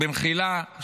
מחילה,